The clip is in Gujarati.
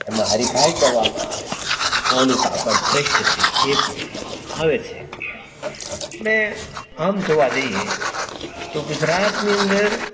એમાં હરીફાઈ કરવામાં આવે છે કોનું કાપડ શ્રેષ્ઠ છે એ પણ કરવામાં આવે છે મેં આમ જોવા જઈએ તો ગુજરાતની અંદર